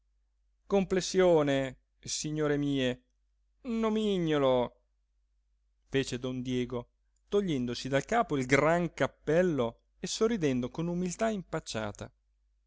schiribillo complessione signore mie nomignolo fece don diego togliendosi dal capo il gran cappello e sorridendo con umiltà impacciata